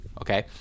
Okay